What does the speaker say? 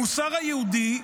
המוסר היהודי,